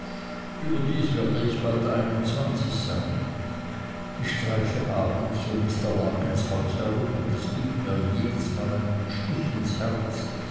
überdies werde ich bald einundzwanzig sein ich streife abends um mr larkins haus herum und es gibt mir jedesmal einen stich ins herz